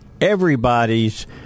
Everybody's